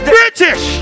British